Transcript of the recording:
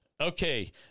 Okay